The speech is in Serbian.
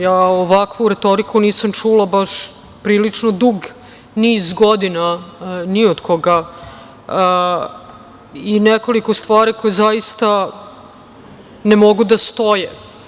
Ja ovakvu retoriku nisam čula baš prilično dug niz godina ni od koga i nekoliko stvari koje zaista ne mogu da stoje.